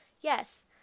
yes